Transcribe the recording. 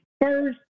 first